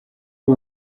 ari